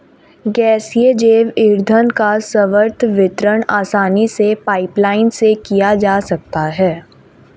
गैसीय जैव ईंधन का सर्वत्र वितरण आसानी से पाइपलाईन से किया जा सकता है